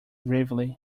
gravely